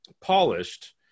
polished